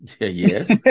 yes